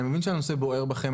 אני מבין שהנושא בוער בכם,